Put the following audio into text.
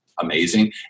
amazing